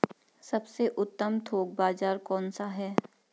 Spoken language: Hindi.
सबसे उत्तम थोक बाज़ार कौन सा है?